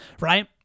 right